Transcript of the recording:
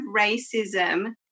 racism